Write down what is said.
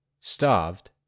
Starved